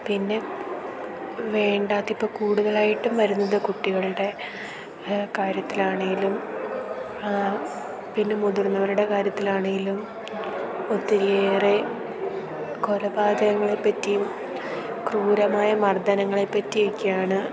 പിന്നെ വേണ്ടാത്തത് ഇപ്പം കൂടുതലായിട്ടും വരുന്നത് കുട്ടികളുടെ കാര്യത്തിലാണെങ്കിലും പിന്നെ മുതിർന്നവരുടെ കാര്യത്തിലാണെങ്കിലും ഒത്തിരിയേറെ കൊലപാതകങ്ങളെ പറ്റിയും ക്രൂരമായ മർദനങ്ങളെ പറ്റിയൊക്കെയാണ്